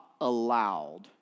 allowed